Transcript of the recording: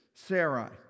Sarah